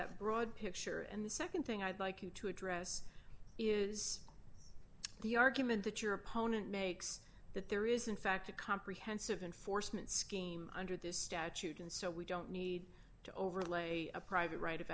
that broad picture and the nd thing i'd like you to address is the argument that your opponent makes that there is in fact a comprehensive enforcement scheme under this statute and so we don't need to overlay a private right of